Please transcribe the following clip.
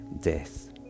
death